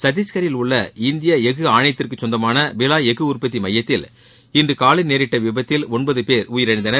சத்தீஷ்கரில் உள்ள இந்திய எஃகு ஆணையத்திற்கு சொந்தமான பிவாய் எஃகு உற்பத்தி மையத்தில் இன்று காலை நேரிட்ட விபத்தில் ஒன்பது பேர் உயிரிழந்தனர்